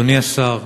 אדוני השר,